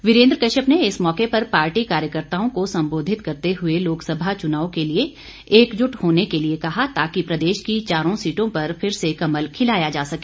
वीरेंद्र कश्यप ने इस मौके पर पार्टी कार्यकर्ताओं को संबोधित करते हुए लोकसभा चुनाव के लिए एकजुट होने के लिए कहा ताकि प्रदेश की चारों सीटों पर फिर से कमल खिलाया जा सके